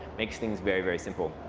makes things very, very simple.